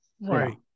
Right